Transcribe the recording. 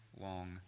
long